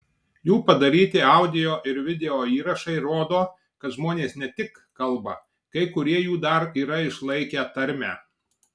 jų padaryti audio ir video įrašai rodo kad žmonės ne tik kalba kai kurie jų dar yra išlaikę tarmę